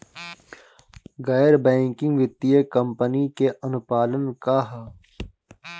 गैर बैंकिंग वित्तीय कंपनी के अनुपालन का ह?